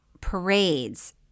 parades